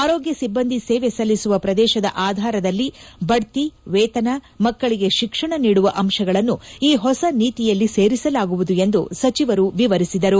ಆರೋಗ್ಯ ಸಿಬ್ಬಂದಿ ಸೇವೆ ಸಲ್ಲಿಸುವ ಪ್ರದೇಶದ ಆಧಾರದಲ್ಲಿ ಬಡ್ತಿ ವೇತನ ಮಕ್ಕಳಿಗೆ ಶಿಕ್ಷಣ ನೀಡುವ ಅಂಶಗಳನ್ನು ಈ ಹೊಸ ನೀತಿಯಲ್ಲಿ ಸೇರಿಸಲಾಗುವುದು ಎಂದು ಸಚಿವರು ವಿವರಿಸಿದರು